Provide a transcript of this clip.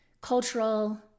cultural